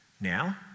now